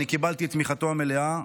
אני קיבלתי את תמיכתו המלאה,